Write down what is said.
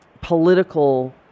political